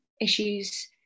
issues